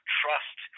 trust